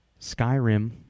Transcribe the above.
Skyrim